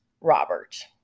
Robert